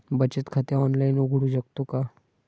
बचत खाते ऑनलाइन उघडू शकतो का?